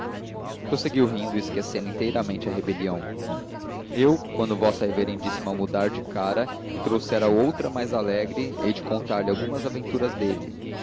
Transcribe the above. mulheres prosseguiu rindo e esquecendo inteiramente a rebelião eu quando vossa reverendíssima mudar de cara e trouxer outra mais alegre hei de contar-lhe algumas aventuras dele